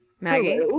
Maggie